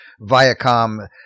Viacom